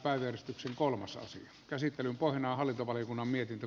käsittelyn pohjana on hallintovaliokunnan mietintö